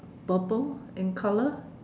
purple in colour